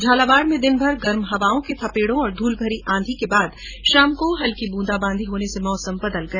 झालावाड़ में दिनभर गरम हवाओं के थपेड़े और धूलभरी आंधी के बाद शाम को हलकी बूंदाबांदी होने से मौसम बदल गया